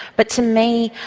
but to me,